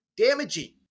Damaging